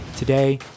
Today